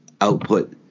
output